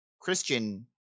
Christian